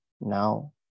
now